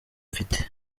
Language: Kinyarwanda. mfite